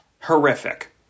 Horrific